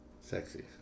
sexy